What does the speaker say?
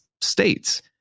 states